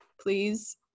please